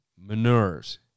Manures